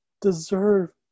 deserve